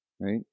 right